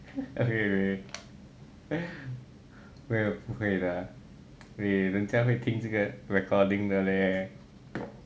okay okay 没有不会的 eh 人家会听这个 recording 的 leh